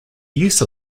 use